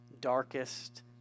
darkest